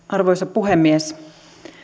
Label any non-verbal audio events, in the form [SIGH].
[UNINTELLIGIBLE] arvoisa puhemies